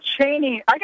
Cheney